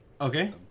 okay